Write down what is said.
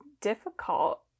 difficult